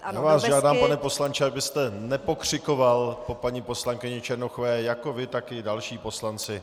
Já vás žádám, pane poslanče, abyste nepokřikoval po paní poslankyni Černochové, jak vy, tak další poslanci.